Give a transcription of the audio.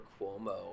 Cuomo